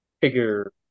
figure